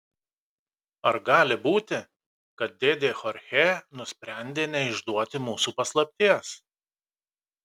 ar gali būti kad dėdė chorchė nusprendė neišduoti mūsų paslapties